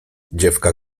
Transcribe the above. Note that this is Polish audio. dziewka